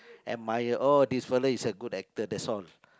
admire oh this fellow is a good actor that's all